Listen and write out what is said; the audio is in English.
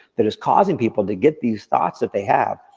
that is causing people to get these thoughts that they have.